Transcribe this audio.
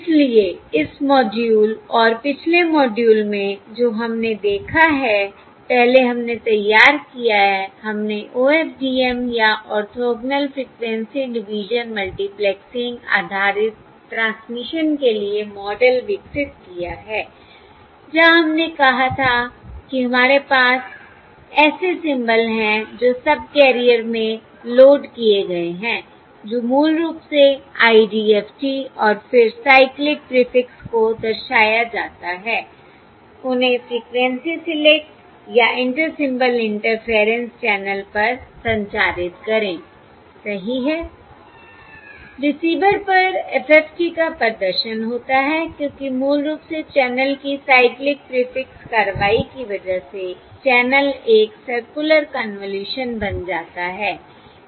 इसलिए इस मॉड्यूल और पिछले मॉड्यूल में जो हमने देखा है पहले हमने तैयार किया है हमने OFDM या ऑर्थोगोनल फ्रिक्वेंसी डिवीजन मल्टीप्लेक्सिंग आधारित ट्रांसमिशन के लिए मॉडल विकसित किया है जहां हमने कहा था कि हमारे पास ऐसे सिंबल हैं जो सबकैरियर में लोड किए गए हैं जो मूल रूप से IDFT और फिर साइक्लिक प्रीफिक्स को दर्शाया जाता है उन्हें फ्रीक्वेंसी सिलेक्ट या इंटर सिंबल इंटरफेयरेंस चैनल पर संचारित करें सही है I रिसीवर पर FFT का प्रदर्शन होता है क्योंकि मूल रूप से चैनल की साइक्लिक प्रीफिक्स कार्रवाई की वजह से चैनल एक सर्कुलर कन्वॉल्यूशन बन जाता है